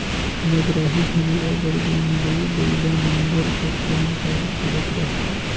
नगराही घनी अब्बड़ दिन ले बइला नांगर कर काम हर चलत रहथे